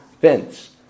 fence